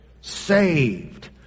saved